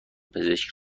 پزشک